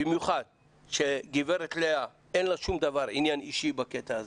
במיוחד שגב' לאה אין לה שום עניין אישי בקטע הזה,